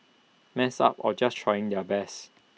messed up or just trying their best